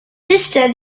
sister